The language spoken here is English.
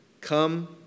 come